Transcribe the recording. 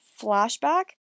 Flashback